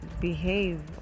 behave